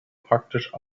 praktisch